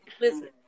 Listen